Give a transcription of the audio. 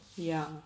ya